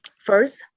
First